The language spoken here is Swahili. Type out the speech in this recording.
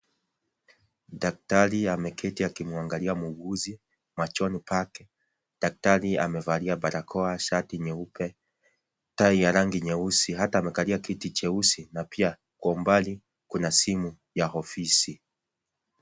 Daktari ameketi akimwangilia muuguzi machoni pake. Daktari amevalia barakoa, shati nyeupe, tai ya rangi nyeusi, hata amekalia kiti cheusi, na pia kwa umbali kuna simu ya ofisi.